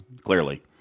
clearly